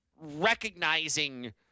recognizing